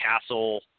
Castle